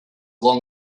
long